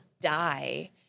die